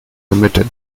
limited